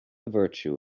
virtue